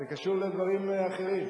זה קשור לדברים אחרים.